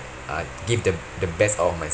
uh give the the best out of myself